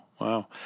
Wow